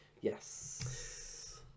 Yes